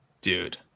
dude